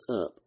up